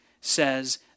says